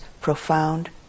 profound